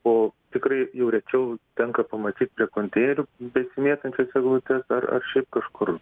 o tikrai jau rečiau tenka pamatyt prie konteinerių besimėtančias eglutes ar ar šiaip kažkur